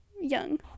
young